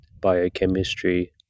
biochemistry